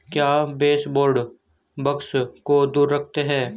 क्या baseboard bugs को दूर रखते हैं?